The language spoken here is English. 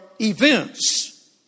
events